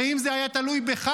הרי אם זה היה תלוי בך,